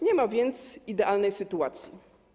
Nie ma więc idealnej sytuacji.